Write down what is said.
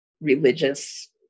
religious